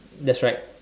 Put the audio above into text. that's right